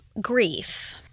grief